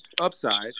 upside